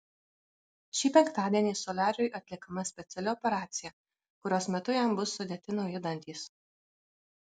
šį penktadienį soliariui atliekama speciali operacija kurios metu jam bus sudėti nauji dantys